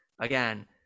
again